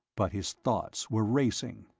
but his thoughts were racing.